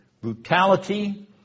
brutality